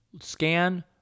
scan